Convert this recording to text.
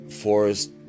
forest